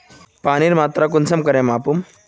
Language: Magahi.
पानीर मात्रा कुंसम करे मापुम?